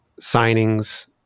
signings